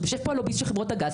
יושב פה הלוביסט של חברות הגז,